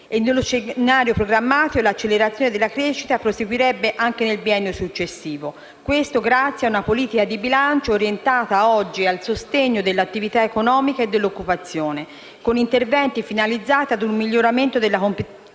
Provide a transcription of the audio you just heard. Nello scenario programmatico, l'accelerazione della crescita proseguirebbe anche nel biennio successivo, grazie ad una politica di bilancio orientata al sostegno dell'attività economica e dell'occupazione, con interventi finalizzati ad un miglioramento della competitività